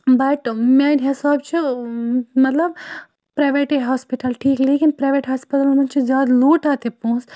بَٹ میٛانہِ حِساب چھُ مطلب پرٛایویٹٕے ہاسپِٹَل ٹھیٖک لیکِن پرٛایویٹ ہَسپَتالَن منٛز چھِ زیادٕ لوٗٹان تہِ پونٛسہٕ